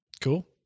Cool